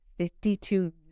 Fifty-two